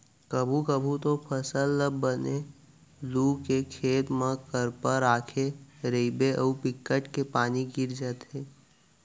कभू कभू तो फसल ल बने लू के खेत म करपा राखे रहिबे अउ बिकट के पानी गिर जाथे